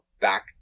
back